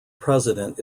president